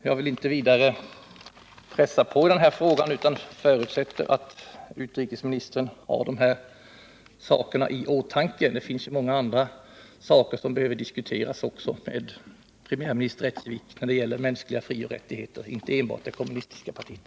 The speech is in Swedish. Jag vill inte vidare pressa på i frågan utan förutsätter att utrikesministern har dessa saker i åtanke. Det finns ju också många andra saker som behöver diskuteras med premiärminister Ecevit när det gäller mänskliga frioch rättigheter, inte enbart gällande det kommunistiska partiet.